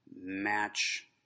match